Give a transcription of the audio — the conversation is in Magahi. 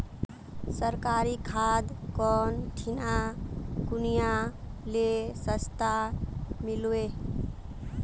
सरकारी खाद कौन ठिना कुनियाँ ले सस्ता मीलवे?